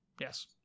Yes